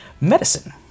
medicine